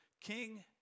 King